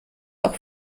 auch